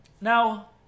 Now